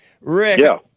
Rick